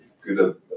good